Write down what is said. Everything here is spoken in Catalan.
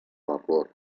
vapor